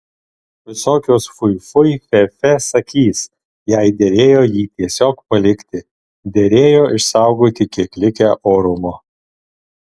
visokios fui fui fe fe sakys jai derėjo jį tiesiog palikti derėjo išsaugoti kiek likę orumo